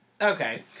Okay